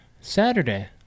Saturday